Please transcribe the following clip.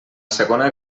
segona